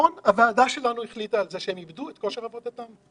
הוועדה שלנו החליטה שהם איבדו את כושר עבודתם.